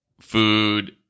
food